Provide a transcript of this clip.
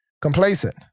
complacent